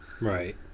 Right